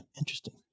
Interesting